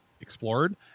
explored